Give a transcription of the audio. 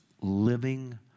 living